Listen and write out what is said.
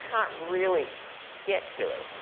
can't really get to it.